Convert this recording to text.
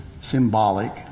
symbolic